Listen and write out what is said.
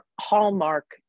hallmark